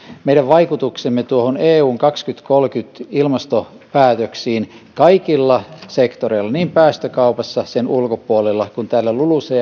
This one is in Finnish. meidän vaikutuksemme eun kaksituhattakolmekymmentä ilmastopäätöksiin kaikilla sektoreilla niin päästökaupassa sen ulkopuolella kuin täällä lulucfssä